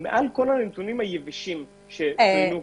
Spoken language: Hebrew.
מעל כל הנתונים היבשים שנתונים כאן: